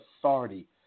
authority